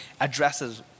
addresses